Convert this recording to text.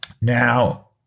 Now